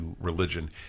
religion